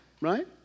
right